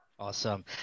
Awesome